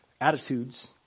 attitudes